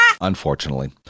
unfortunately